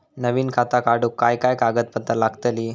नवीन खाता काढूक काय काय कागदपत्रा लागतली?